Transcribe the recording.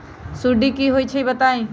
सुडी क होई छई बताई?